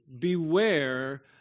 Beware